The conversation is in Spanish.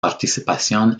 participación